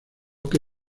que